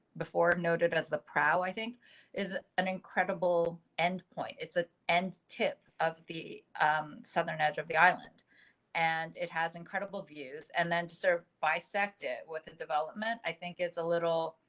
before noted as the prowl, i think is an incredible end point. it's an ah end tip of the southern edge of the island and it has incredible views and then to serve by sect it with a development, i think is a little.